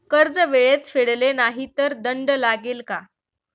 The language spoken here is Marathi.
कर्ज वेळेत फेडले नाही तर दंड लागेल का?